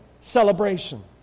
celebration